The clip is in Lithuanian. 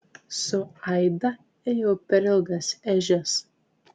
su aida ėjau per ilgas ežias